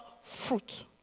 fruit